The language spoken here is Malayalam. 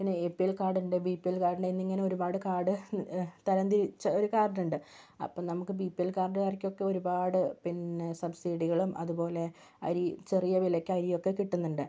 പിന്നെ എ പി എൽ കാർഡുണ്ട് ബി പി എൽ കാർഡുണ്ട് എന്നിങ്ങനെ ഒരുപാട് കാർഡ് തരം തിരിച്ച് ഒരു കാർഡുണ്ട് അപ്പം നമുക്ക് ബി പി എൽ കാർഡുകാർക്കൊക്കെ ഒരുപാട് പിന്നെ സബ്സിഡികളും അതുപോലെ അരി ചെറിയ വിലക്ക് അരിയൊക്കെ കിട്ടുന്നുണ്ട്